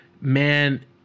man